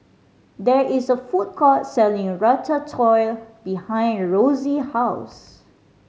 there is a food court selling Ratatouille behind Rosey house